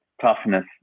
toughness